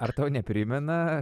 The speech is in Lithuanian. ar tau neprimena